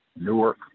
Newark